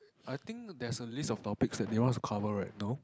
I think there's a list of topics that they want us to cover right no